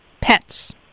Pets